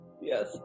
yes